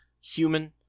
human